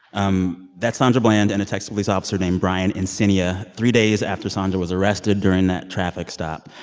um that's sandra bland and a texas police officer named brian encinia. three days after sandra was arrested during that traffic stop,